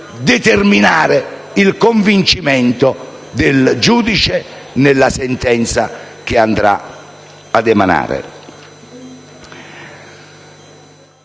determinare il convincimento del giudice nella sentenza che andrà a emanare.